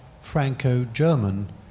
Franco-German